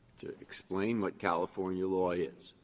to explain what california law is.